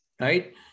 Right